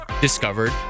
discovered